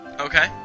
Okay